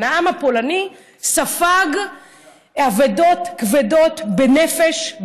העם הפולני ספג אבדות כבדות בנפש,